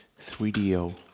3DO